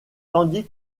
tandis